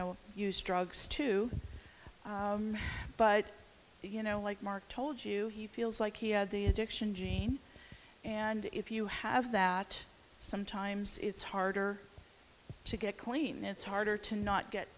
know use drugs too but you know like mark told you he feels like he had the addiction gene and if you have that sometimes it's harder to get clean it's harder to not get